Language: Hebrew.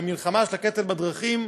במלחמה בקטל בדרכים,